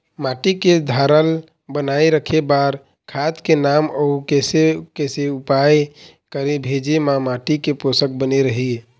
माटी के धारल बनाए रखे बार खाद के नाम अउ कैसे कैसे उपाय करें भेजे मा माटी के पोषक बने रहे?